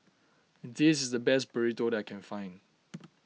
this is the best Burrito that I can find